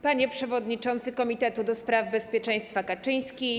Panie Przewodniczący Komitetu do Spraw Bezpieczeństwa Kaczyński!